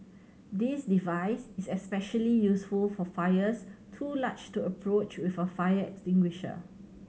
this device is especially useful for fires too large to approach with a fire extinguisher